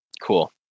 Cool